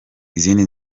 izindi